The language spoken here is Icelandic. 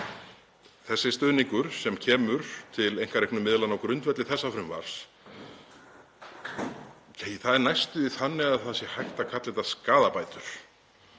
þessi stuðningur sem kemur til einkareknu miðlanna á grundvelli þessa frumvarps, það er næstum því þannig að hægt sé að kalla þetta skaðabætur.